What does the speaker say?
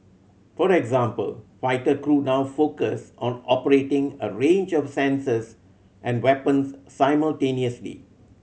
for example fighter crew now focus on operating a range of sensors and weapons simultaneously